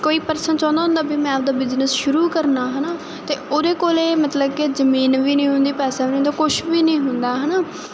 ਕੋਈ ਪਰਸਨ ਚਾਹੁੰਦਾ ਹੁੰਦਾ ਵੀ ਮੈਂ ਆਪਦਾ ਬਿਜ਼ਨਸ ਸ਼ੁਰੂ ਕਰਨਾ ਹਨਾ ਤੇ ਉਹਦੇ ਕੋਲੇ ਮਤਲਬ ਕਿ ਜਮੀਨ ਵੀ ਨਹੀਂ ਹੁੰਦੀ ਪੈਸਾ ਵੀ ਹੁੰਦਾ ਕੁਛ ਵੀ ਨਹੀਂ ਹੁੰਦਾ ਹਨਾ ਤੇ